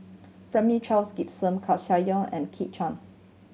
Charles Gimson Koeh Sia Yong and Kit Chan